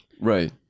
Right